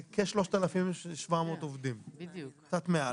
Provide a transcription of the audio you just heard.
כ-3,700 עובדים, קצת מעל.